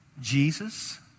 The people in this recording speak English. Jesus